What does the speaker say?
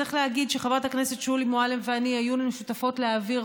צריך להגיד שחברת הכנסת שולי מועלם ואני היינו שותפות להעברת